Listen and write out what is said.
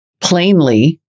plainly